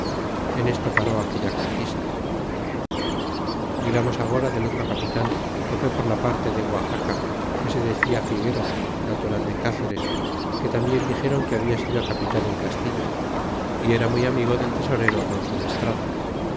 en esto paró aquella conquista digamos agora del otro capitan que fué por la parte de guaxaca que se decia figuero natural de cáceres que tambien dixéron que habia sido capitan en castilla y era muy amigo del tesorero alonso de estrada